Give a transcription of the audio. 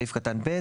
סעיף קטן (ב),